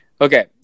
Okay